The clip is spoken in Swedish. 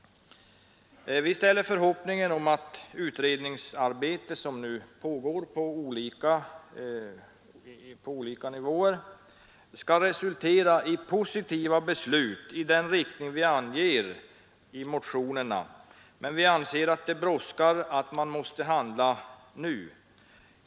Vi hyser förhoppningen att det utredningsarbete som pågår på olika nivåer skall resultera i positiva beslut i den riktning vi bl.a. anger i motionerna, men vi anser att det brådskar. Man måste handla nu.